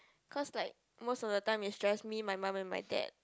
cause like most of the time is just me my mum and my dad